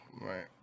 right